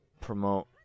promote